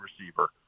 receiver